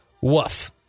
Woof